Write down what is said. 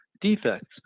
defects